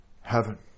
heaven